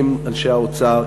עם אנשי האוצר,